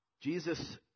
Jesus